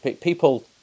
People